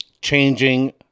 changing